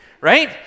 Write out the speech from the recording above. right